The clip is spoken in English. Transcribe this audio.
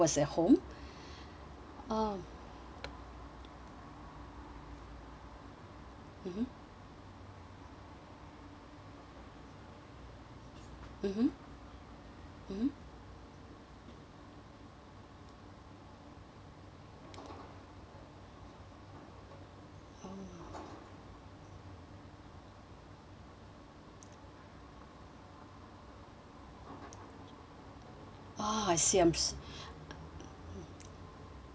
oh mmhmm mmhmm mmhmm oh ah I see I'm so